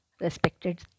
Respected